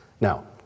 Now